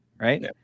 right